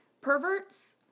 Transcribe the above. perverts